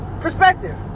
perspective